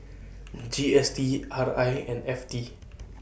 G S T R I and F T